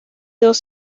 dos